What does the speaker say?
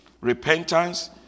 Repentance